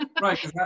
Right